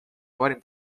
parim